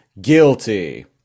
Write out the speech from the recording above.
guilty